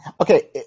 Okay